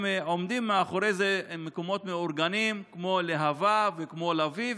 עומדים מאחורי זה מקומות מאורגנים כמו להב"ה ולביא,